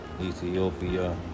ethiopia